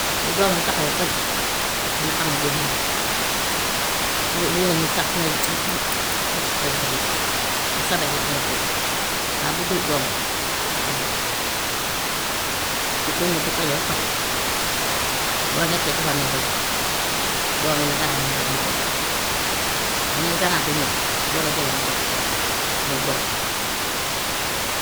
Bu doomam taxawee fële dana xam ne bii maa ko jur su bu nee nii sab ne rek dana ko wuyu si, bu sabee rek dana ko wuyu si, waaye bu dut doomam du ko jege léegi kon nen bu tojee ba pare boo lekkee defar nañ ko ñëw doomam yi la koy xoo ñu daw ñu ñëw lekk, beneen ganaar gu ñëw boo ko jegee mu cof la jox ko lu dul doomam.